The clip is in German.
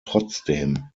trotzdem